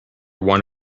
one